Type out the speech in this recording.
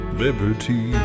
liberty